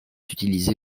utilisé